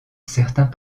certains